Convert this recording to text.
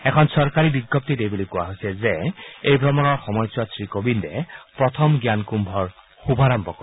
এখন চৰকাৰী বিজ্ঞপ্তিত এই বুলি কোৱা হৈছে যে এই ভ্ৰমণৰ সময়ছোৱাত শ্ৰীকোবিন্দে প্ৰথম জ্ঞান কুম্ভৰ শুভাৰম্ভ কৰিব